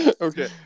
Okay